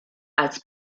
als